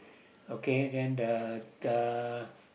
okay then the the